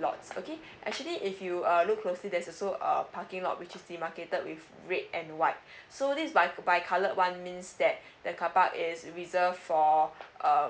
lots okay actually if you err look closely there's also uh parking lot which is demarcated with red and white so this is bi bi coloured one means that the carpark is reserved for uh